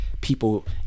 people